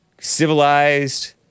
civilized